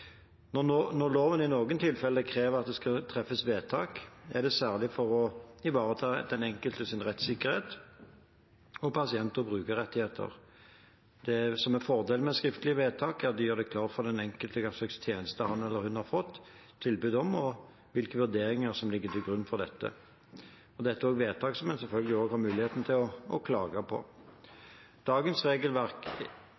Når loven i noen tilfeller krever at det skal treffes vedtak, er det særlig for å ivareta den enkeltes rettssikkerhet og pasient- og brukerrettigheter. Fordelen med et skriftlig vedtak er at det gjør det klart for den enkelte hva slags tjeneste han eller hun har fått tilbud om, og hvilke vurderinger som ligger til grunn for dette. Dette er selvfølgelig også vedtak som en har mulighet til å klage på.